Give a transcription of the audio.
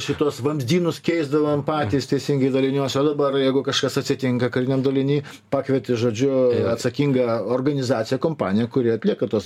šituos vamzdynus keisdavom patys teisingai daliniuose o dabar jeigu kažkas atsitinka kariniam daliny pakvieti žodžiu atsakingą organizaciją kompaniją kuri atlieka tuos